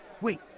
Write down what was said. Wait